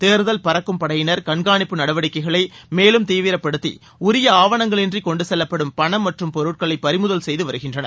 தேர்தல் பறக்கும் படையினர் கண்காணிப்பு நடவடிக்கைகளை மேலும் தீவிரப்படுத்தி உரிய ஆவணங்கள் இன்றி கொண்டு செல்லப்படும் பணம் மற்றும் பொருட்களை பறிமுதல் செய்து வருகின்றனர்